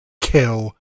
kill